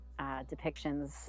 depictions